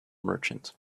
merchant